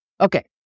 Okay